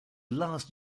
last